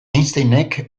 einsteinek